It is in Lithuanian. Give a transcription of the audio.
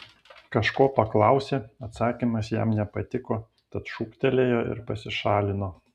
kažko paklausė atsakymas jam nepatiko tad šūktelėjo ir pasišalino